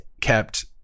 kept